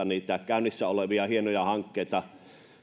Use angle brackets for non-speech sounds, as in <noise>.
<unintelligible> niitä käynnissä olevia hienoja hankkeita